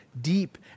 deep